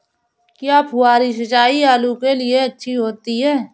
क्या फुहारी सिंचाई आलू के लिए अच्छी होती है?